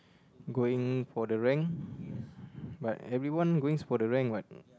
going for the rank but everyone going for the rank [what]